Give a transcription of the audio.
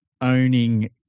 owning